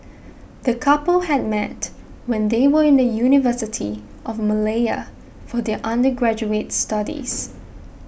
the couple had met when they were in the University of Malaya for their undergraduate studies